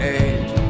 age